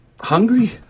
hungry